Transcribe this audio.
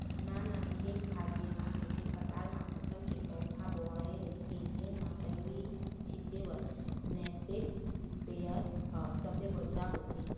नाननान खेत खार जेमा एके कतार म फसल के पउधा बोवाए रहिथे तेन म दवई छिंचे बर नैपसेक इस्पेयर ह सबले बड़िहा होथे